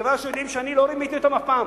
כי הם יודעים שאני לא רימיתי אותם אף פעם.